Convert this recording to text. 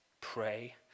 pray